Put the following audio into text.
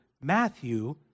Matthew